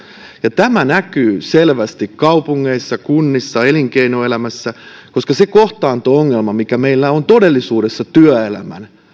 ja tämä näkyy selvästi kaupungeissa kunnissa elinkeinoelämässä koska se kohtaanto ongelma mikä meillä on todellisuudessa työelämän